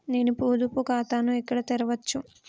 నేను పొదుపు ఖాతాను ఎక్కడ తెరవచ్చు?